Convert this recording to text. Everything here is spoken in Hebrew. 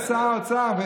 זה שר האוצר.